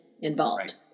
involved